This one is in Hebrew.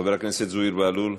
חבר הכנסת זוהיר בהלול.